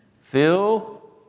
Phil